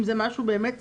אם זה משהו באמת ספציפי.